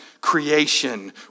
creation